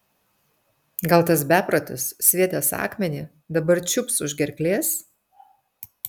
gal tas beprotis sviedęs akmenį dabar čiups už gerklės